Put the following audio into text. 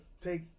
take